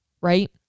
Right